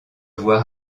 voir